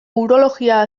urologia